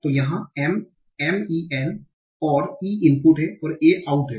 तो यहाँ m m e n और e इनपुट है a आउट है